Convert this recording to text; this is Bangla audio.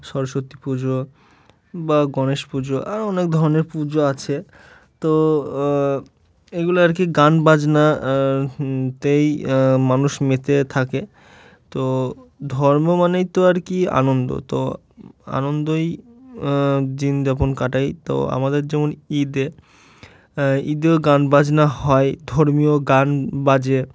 সরস্বতী পুজো বা গণেশ পুজো আরও অনেক ধরনের পুজো আছে তো এগুলো আর কি গানবাজনা তেই মানুষ মেতে থাকে তো ধর্ম মানেই তো আর কি আনন্দ তো আনন্দই দিন যাপন কাটায় তো আমাদের যেমন ঈদে ঈদেও গানবাজনা হয় ধর্মীয় গান বাজে